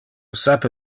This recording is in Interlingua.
sape